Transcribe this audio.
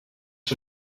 for